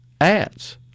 ads